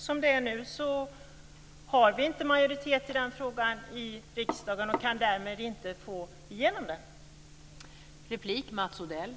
Som det är nu har vi inte majoritet i den frågan i riksdagen och kan därmed inte få igenom den.